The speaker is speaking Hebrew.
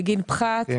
בגין פחת,